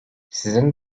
sizin